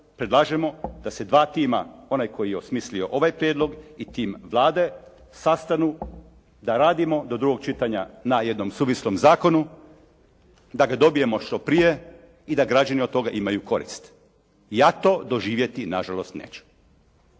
predlažemo da se dva tima onaj koji je osmislio ovaj prijedlog i tim Vlade sastanu, da radimo do drugog čitanja na jednom suvislom zakonu, da ga dobijemo što prije i da građani od toga imaju korist. Ja to doživjeti nažalost neću.